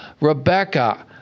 rebecca